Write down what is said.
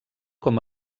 com